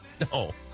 No